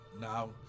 Now